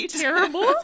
terrible